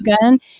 gun